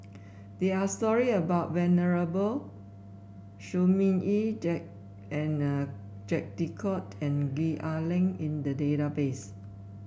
there are stories about Venerable Shi Ming Yi Jacques De Coutre and Gwee Ah Leng in the database